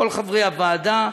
כל חברי הוועדה,